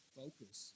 focus